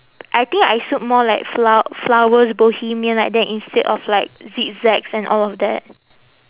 I think I suit more like flow~ flowers bohemian like that instead of like zigzags and all of that